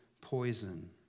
poison